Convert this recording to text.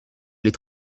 les